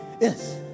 Yes